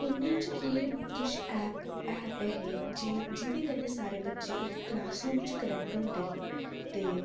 फोनै च केह् किश ऐप्प ऐप्प हे जे जेह्दे कन्नै सारे बच्चे इक क्लासरूम च कनैक्ट होंदे हे ते